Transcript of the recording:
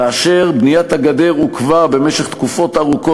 כאשר בניית הגדר עוכבה במשך תקופות ארוכות